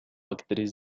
actriz